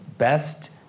Best